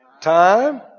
Time